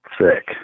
sick